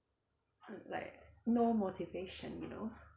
uh like no motivation you know